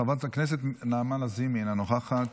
חברת הכנסת נעמה לזימי, אינה נוכחת,